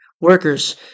workers